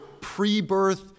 pre-birth